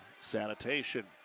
Sanitation